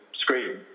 screen